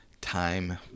time